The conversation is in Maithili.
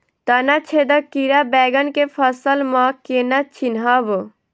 तना छेदक कीड़ा बैंगन केँ फसल म केना चिनहब?